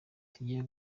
tugiye